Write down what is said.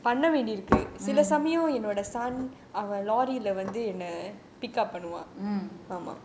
mm mm